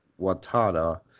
Watada